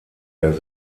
der